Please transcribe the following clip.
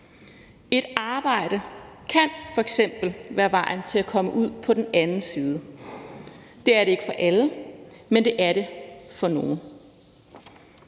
Et arbejde kan f.eks. være vejen til at komme ud på den anden side. Det er det ikke for alle, men det er det for nogle.